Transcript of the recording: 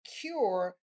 cure